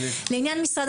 לעניין משרד